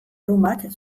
lumak